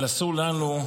אבל אסור לנו,